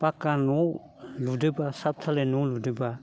फाक्का न' लुदोंब्ला सात धालाय न' लुदोंब्ला